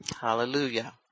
Hallelujah